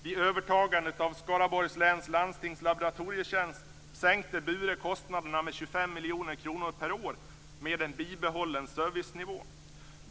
Vid övertagandet av Skaraborgs läns landstings laboratorietjänst sänkte Bure kostnaderna med 25 miljoner kronor per år med en bibehållen servicenivå.